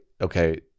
okay